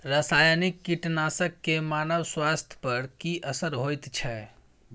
रसायनिक कीटनासक के मानव स्वास्थ्य पर की असर होयत छै?